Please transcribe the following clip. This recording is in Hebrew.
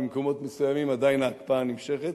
במקומות מסוימים עדיין ההקפאה נמשכת.